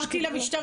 אני עברתי למשטרה,